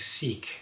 seek